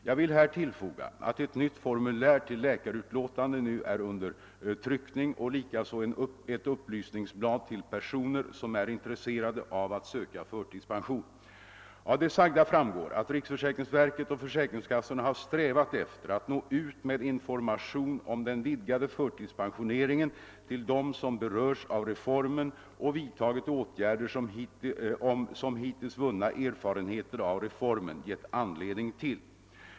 Jag vill här tillfoga att ett nytt formulär till läkarutlåtande nu är under tryckning och likaså ett upplysningsblad till personer som är intresserade av att söka förtidspension. Av det sagda framgår att riksförsäkringsverket och = försäkringskassorna har strävat efter att nå ut med information om den vidgade förtidspensioneringen till dem som berörs av reformen och vidtagit åtgärder som hittills vunna erfarenheter av reformen gett anledning till.